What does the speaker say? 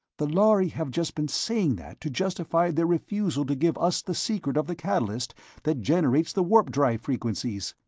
the lhari have just been saying that to justify their refusal to give us the secret of the catalyst that generates the warp-drive frequencies!